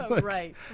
Right